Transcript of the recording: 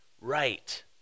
right